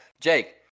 jake